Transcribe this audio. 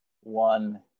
one